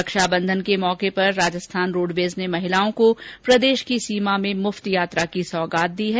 रक्षाबंधन के मौके पर राजस्थान रोडवेज ने महिलाओं को प्रदेश की सीमा में मुफ़त यात्रा की सौगात दी है